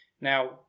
now